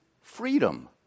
freedom